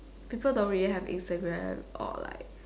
people don't really have Instagram or like